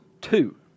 two